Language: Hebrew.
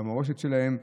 במורשת שלהם.